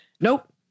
Nope